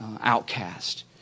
outcast